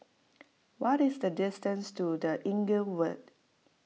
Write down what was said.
what is the distance to the Inglewood